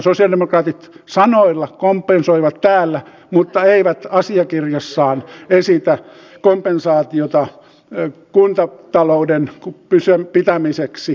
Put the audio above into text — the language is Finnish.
sosialidemokraatit sanoilla kompensoivat täällä mutta eivät asiakirjassaan esitä kompensaatiota kuntatalouden pitämiseksi kurissa